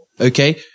okay